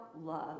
love